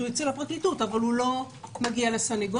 הוא אצל הפרקליטות אבל הוא לא מגיע לסנגוריה,